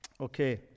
Okay